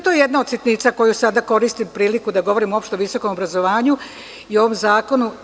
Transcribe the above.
To je jedna od sitnica za koju koristim priliku da mogu da govorim, uopšte u visokom obrazovanju i ovom zakonu.